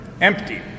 empty